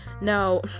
now